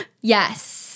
Yes